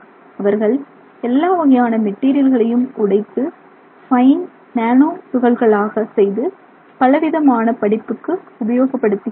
அவர்கள் எல்லா வகையான மெட்டீரியல்களையும் உடைத்து பைன் நானோ துகள்களாக செய்து பல விதமான படிப்புக்கு உபயோகப் படுத்துகின்றனர்